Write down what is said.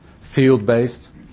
field-based